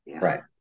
Right